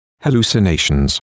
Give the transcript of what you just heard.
hallucinations